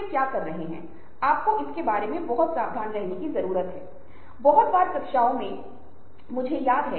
और आज नेटवर्किंग के स्तर पर प्रौद्योगिकी नेटवर्किंग एक महत्वपूर्ण सीमा तक बढ़ गई है